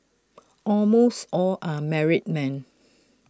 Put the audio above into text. almost all are married men